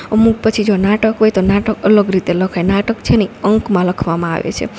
અમુક પછી જો નાટક હોયતો નાટક અલગ રીતે લખાય નાટક છે ને એ અંકમાં લખવામાં આવે છે